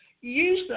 Use